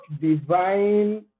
divine